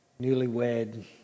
newlywed